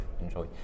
enjoy